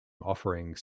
offerings